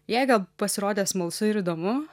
jai gal pasirodė smalsu ir įdomu